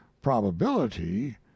probability